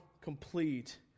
complete